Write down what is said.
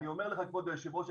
אני אומר לך כבוד יושב הראש,